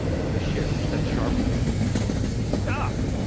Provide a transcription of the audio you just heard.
when the sheriff said sharply stop!